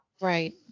Right